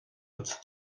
agat